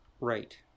Right